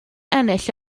ennill